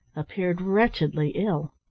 appeared wretchedly ill.